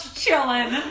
chilling